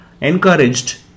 encouraged